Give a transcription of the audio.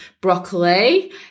broccoli